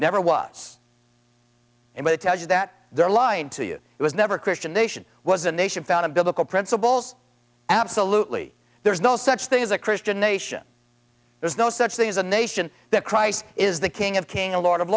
never was it will tell you that they're lying to you it was never a christian nation was a nation founded biblical principles absolutely there is no such thing as a christian nation there is no such thing as a nation that christ is the king of king a lot of